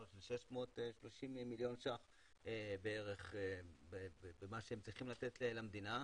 של 630 מיליון ₪ במה שהם צריכים לתת למדינה.